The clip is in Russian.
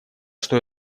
что